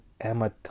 Emma